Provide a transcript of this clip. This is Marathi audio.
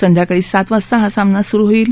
संध्याकाळी सात वाजता हा सामना सुरु होईल